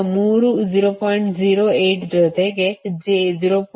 08 ಜೊತೆಗೆ j 0